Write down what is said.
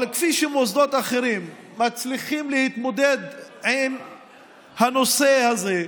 אבל כפי שמוסדות אחרים מצליחים להתמודד עם הנושא הזה,